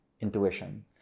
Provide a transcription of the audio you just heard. intuition